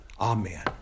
amen